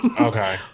Okay